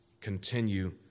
Continue